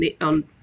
on